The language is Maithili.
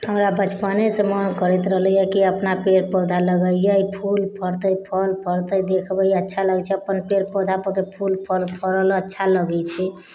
हमरा बचपनेसँ मन करैत रहलैय कि अपना पेड़ पौधा लगैय फूल फड़तै फल फड़तै देखबै अच्छा लगै छै अपन पेड़ पौधापर का फूल फल फड़ल अच्छा लगै छै